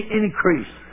increase